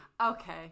Okay